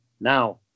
Now